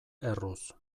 erruz